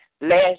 last